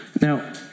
Now